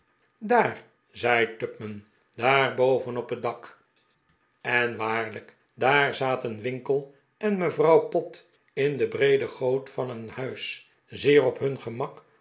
daar zei tupman daar boven op het dak en waarlijk daar zaten winkle en mevrouw pott in de breede goot van een huis zeer op nun gemak